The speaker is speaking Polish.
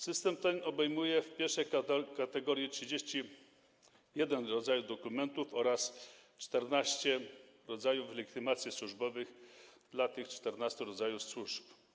System ten obejmuje w pierwszej kategorii 31 rodzajów dokumentów oraz 14 rodzajów legitymacji służbowych dla 14 rodzajów służb.